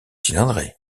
cylindrée